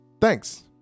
Thanks